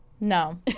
No